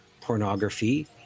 pornography